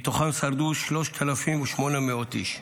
מתוכם שרדו 3,800 איש.